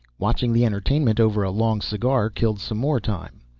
watching the entertainment over a long cigar killed some more time.